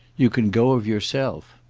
you can go of yourself.